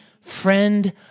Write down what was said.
friend